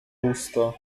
usta